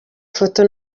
foto